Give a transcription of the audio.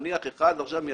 נניח אחד מייבא